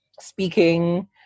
speaking